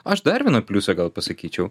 aš dar vieną pliusą gal pasakyčiau